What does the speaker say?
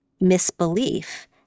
misbelief